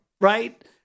right